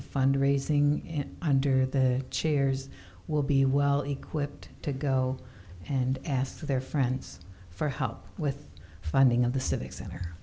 the fund raising and under the chairs will be well equipped to go and ask their friends for help with funding of the civic center